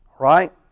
Right